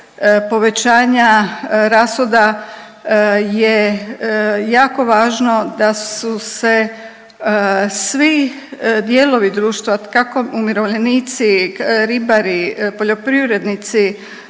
povećanja rashoda je jako važno da su se svi dijelovi društva kako umirovljenici, ribari, poljoprivrednici